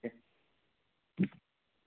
दे